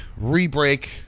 re-break